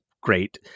great